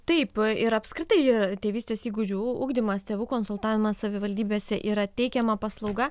taip ir apskritai tėvystės įgūdžių ugdymas tėvų konsultavimas savivaldybėse yra teikiama paslauga